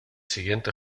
siguiente